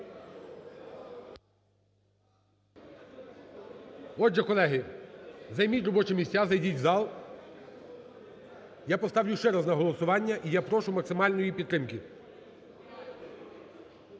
Отже, колеги, займіть робочі місця, зайдіть в зал, я поставлю ще раз на голосування і я прошу максимальної її підтримки.